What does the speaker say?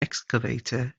excavator